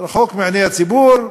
רחוק מעיני הציבור,